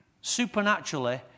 supernaturally